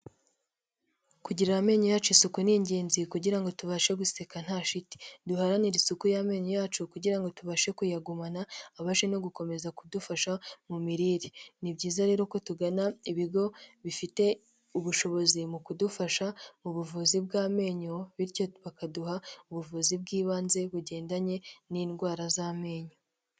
Kugirira amenyo yacu isuku ni ingenzi, kugira ngo tubashe guseka nta shiti. Duharanire isuku y'amenyo yacu kugira ngo tubashe kuyagumana, abashe no gukomeza kudufasha mu mirire. Ni byiza rero ko tugana ibigo bifite ubushobozi mu kudufasha mu buvuzi bw'amenyo, bityo bakaduha ubuvuzi bw'ibanze bugendanye n'indwara z'amenyo.